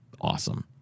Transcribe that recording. awesome